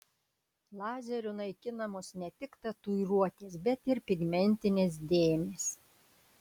lazeriu naikinamos ne tik tatuiruotės bet ir pigmentinės dėmės